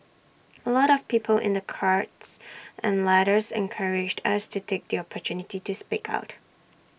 A lot of people in their cards and letters encouraged us to take the opportunity to speak out